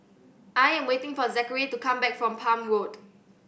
I am waiting for Zachery to come back from Palm Road